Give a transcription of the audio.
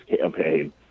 campaign